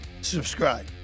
subscribe